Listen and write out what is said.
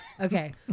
Okay